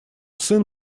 сын